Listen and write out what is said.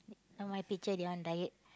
on my picture they on diet